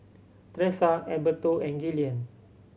Tressa Alberto and Gillian